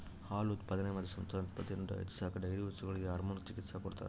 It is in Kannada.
ಹಾಲು ಉತ್ಪಾದನೆ ಮತ್ತು ಸಂತಾನೋತ್ಪತ್ತಿಯನ್ನು ಹೆಚ್ಚಿಸಾಕ ಡೈರಿ ಹಸುಗಳಿಗೆ ಹಾರ್ಮೋನ್ ಚಿಕಿತ್ಸ ಕೊಡ್ತಾರ